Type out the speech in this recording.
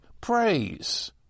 praise